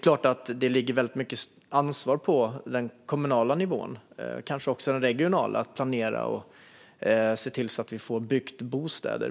Mycket ansvar ligger såklart på den kommunala och kanske också den regionala nivån att planera och se till att bostäder byggs.